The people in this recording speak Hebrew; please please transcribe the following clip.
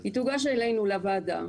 היא תוגש אלינו לוועדה,